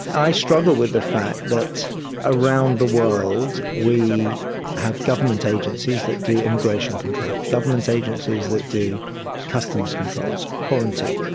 i struggle with the fact that around the world we have government agencies that do immigration control, government agencies that do customs controls, quarantine,